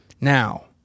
now